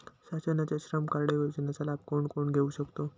शासनाच्या श्रम कार्ड योजनेचा लाभ कोण कोण घेऊ शकतो?